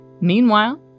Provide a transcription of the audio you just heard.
Meanwhile